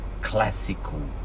classical